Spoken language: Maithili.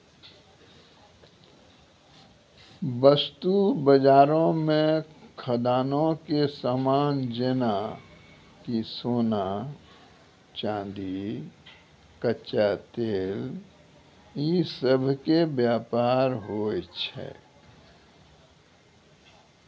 वस्तु बजारो मे खदानो के समान जेना कि सोना, चांदी, कच्चा तेल इ सभ के व्यापार होय छै